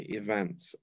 events